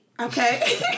Okay